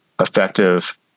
effective